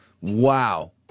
Wow